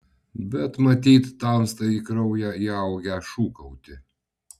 bet matyt tamstai į kraują įaugę šūkauti